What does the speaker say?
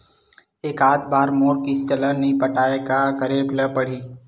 एकात बार मोर किस्त ला नई पटाय का करे ला पड़ही?